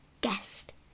guest